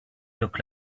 look